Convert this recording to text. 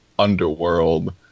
underworld